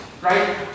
right